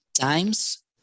times